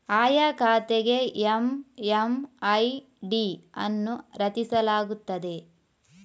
ಆಯಾ ಖಾತೆಗೆ ಎಮ್.ಎಮ್.ಐ.ಡಿ ಅನ್ನು ರಚಿಸಲಾಗುತ್ತದೆ